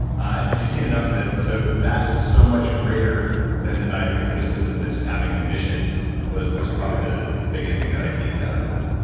and you've seen enough of them so that is so much greater than the value of the criticism that just having the mission was was probably the the biggest thing that i teased out of that?